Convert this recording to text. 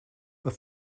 but